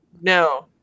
No